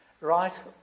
Right